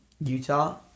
Utah